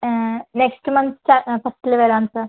next month start ആ ഫസ്റ്റില് വരാം സാർ